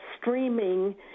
streaming